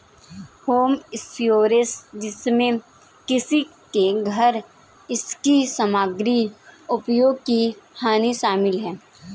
home insurance जिसमें किसी के घर इसकी सामग्री उपयोग की हानि शामिल है